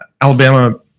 Alabama